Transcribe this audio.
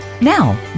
Now